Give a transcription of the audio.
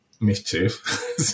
mischief